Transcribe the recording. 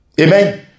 Amen